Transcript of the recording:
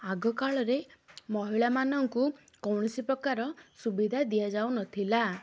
ଆଗ କାଳରେ ମହିଳାମାନଙ୍କୁ କୌଣସି ପ୍ରକାର ସୁବିଧା ଦିଆଯାଉନଥିଲା